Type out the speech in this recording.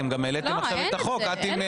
אתם גם העליתם עכשיו את הצעת החוק.